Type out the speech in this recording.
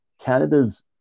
Canada's